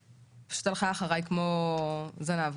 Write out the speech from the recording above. היא פשוט הלכה אחריי כמו זנב.